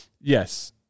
Yes